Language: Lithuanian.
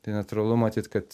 tai natūralu matyt kad